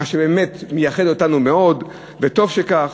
מה שבאמת מייחד אותנו מאוד, וטוב שכך,